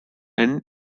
and